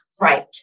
right